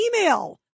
email